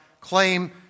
claim